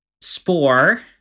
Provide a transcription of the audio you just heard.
Spore